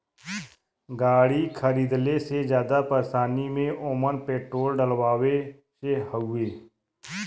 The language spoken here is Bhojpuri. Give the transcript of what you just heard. गाड़ी खरीदले से जादा परेशानी में ओमन पेट्रोल डलवावे से हउवे